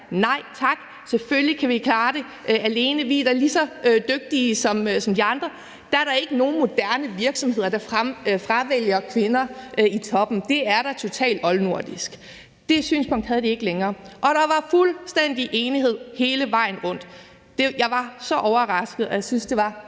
Nej tak, selvfølgelig kan vi klare det alene; vi er da lige så dygtige som de andre, og der er da ikke nogen moderne virksomheder, der fravælger kvinder i toppen; det er da totalt oldnordisk. Det synspunkt havde de ikke længere, og der var fuldstændig enighed hele vejen rundt. Jeg var så overrasket, og jeg syntes, det var